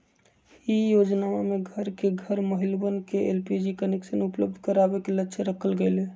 ई योजनमा में घर घर के महिलवन के एलपीजी कनेक्शन उपलब्ध करावे के लक्ष्य रखल गैले